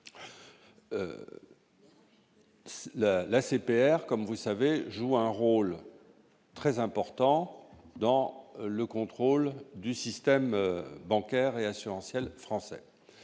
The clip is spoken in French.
chers collègues, l'ACPR joue un rôle très important dans le contrôle du système bancaire et assurantiel français.